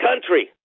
country